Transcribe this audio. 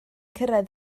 cyrraedd